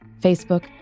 Facebook